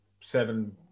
seven